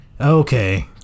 Okay